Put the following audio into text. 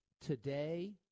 Today